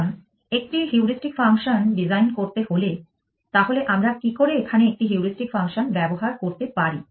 সুতরাং একটি heuristic function design করতে হলে তাহলে আমরা কিকরে এখানে একটি হিউরিস্টিক ফাংশন ব্যবহার করতে পারি